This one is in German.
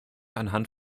anhand